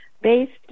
based